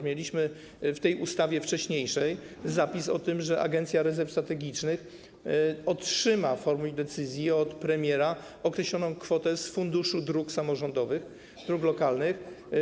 Mieliśmy w tej ustawie wcześniejszej zapis o tym, że agencja rezerw strategicznych otrzyma w formie decyzji od premiera określoną kwotę z Funduszu Dróg Samorządowych, dróg lokalnych.